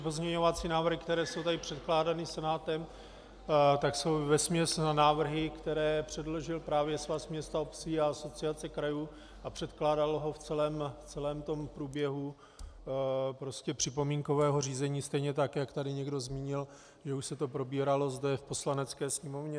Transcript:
Pozměňovací návrhy, které jsou tady předkládány Senátem, jsou vesměs na návrhy, které předložil právě Svaz měst a obcí a Asociace krajů, a předkládal ho v celém tom průběhu připomínkového řízení, stejně tak, jak tady někdo zmínil, že už se to probíralo zde v Poslanecké sněmovně.